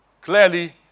Clearly